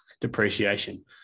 depreciation